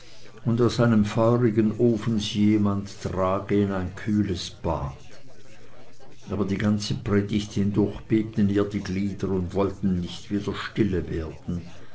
und aus einem feurigen ofen sie jemand trage in ein kühles bad aber die ganze predigt durch bebten ihr die glieder und wollten nicht wieder stille werden